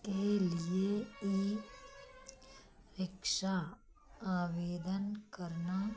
के लिए एक इच्छा आवेदन